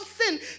sin